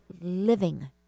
living